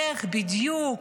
איך בדיוק